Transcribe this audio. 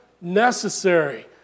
necessary